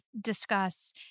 discuss